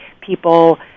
people